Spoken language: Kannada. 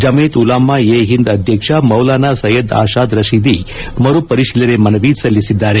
ಜಮೈತ್ ಉಲಾಮಾ ಎ ಹಿಂದ್ ಅಧ್ಯಕ್ಷ ಮೌಲಾನಾ ಸೈಯದ್ ಅಶಾದ್ ರತೀದಿ ಮರುಪರಿತೀಲನೆ ಮನವಿ ಸಲ್ಲಿಸಿದ್ದಾರೆ